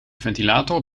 ventilator